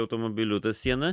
automobilių ta siena